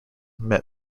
met